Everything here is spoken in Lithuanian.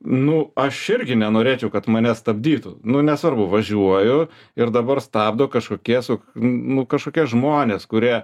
nu aš irgi nenorėčiau kad mane stabdytų nu nesvarbu važiuoju ir dabar stabdo kažkokie su nu kažkokie žmonės kurie